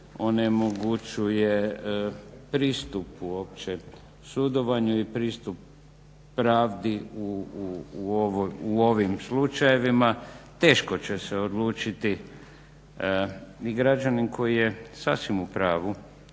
onemogućuje pristup uopće sudovanju i pristup pravdi u ovim slučajevima teško će se odlučiti i građanin koji je sasvim u pravu